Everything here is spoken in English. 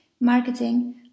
marketing